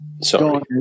Sorry